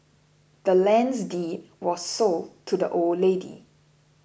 the land's deed was sold to the old lady